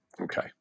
Okay